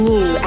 New